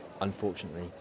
Unfortunately